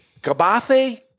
Kabathe